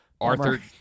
Arthur